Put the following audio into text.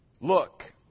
Look